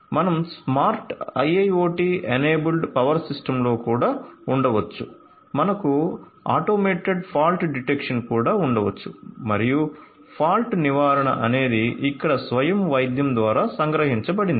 మనం smart IIoT enabled power సిస్టమ్లో కూడా ఉండవచ్చు మనకు ఆటోమేటెడ్ ఫాల్ట్ డిటెక్షన్ కూడా ఉండవచ్చు మరియు ఫాల్ట్ నివారణ అనేది ఇక్కడ స్వయం వైద్యం ద్వారా సంగ్రహించబడింది